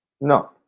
no